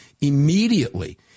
immediately